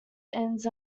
inns